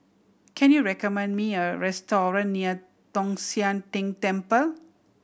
can you recommend me a restaurant near Tong Sian Tng Temple